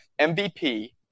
MVP